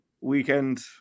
weekend